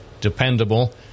dependable